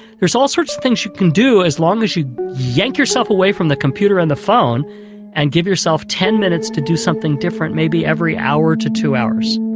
there's all sorts of things you can do as long as you yank yourself away from the computer and the phone and give yourself ten minutes to do something different maybe every hour to two hours.